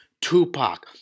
Tupac